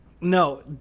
No